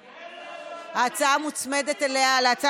בעד, 20, נגד, 44. ההצעה הוסרה מסדר-היום.